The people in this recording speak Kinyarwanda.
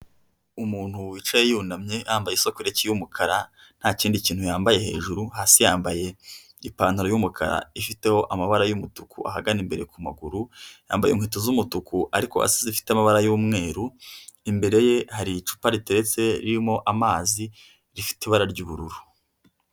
Umuntu wicaye yunamye yambaye isokoreki y'umukara ntakindi kintu yambaye hejuru, hasi yambaye ipantaro y'umukara ifiteho amabara y'umutuku ahagana imbere ku maguru yambaye inkweto z'umutuku ariko hasi zifite amabara y'umweru, imbere ye hari icupa riteretse ririmo amazi rifite ibara ry'ubururu.